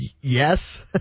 yes